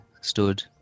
stood